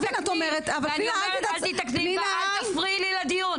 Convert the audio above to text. אל תתקני ואל תפריעי לי לדיון.